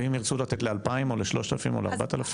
ואם ירצו לתת ל-2,000 או 3,000 או 4,000?